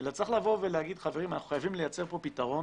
אלא צריך לבוא ולומר שאנחנו חייבים לייצר כאן פתרון